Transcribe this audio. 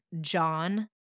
John